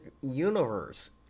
universe